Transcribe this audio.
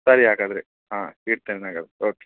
ಸರಿ ಹಾಗಾದರೆ ಹಾಂ ಇಡ್ತೇನೆ ಹಾಗದ್ರೆ ಓಕೆ